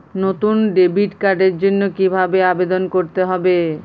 নতুন ডেবিট কার্ডের জন্য কীভাবে আবেদন করতে হবে?